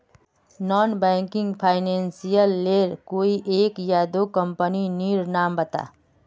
Non banking financial लेर कोई एक या दो कंपनी नीर नाम बता?